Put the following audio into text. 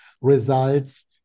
results